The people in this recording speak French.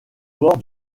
bord